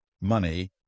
money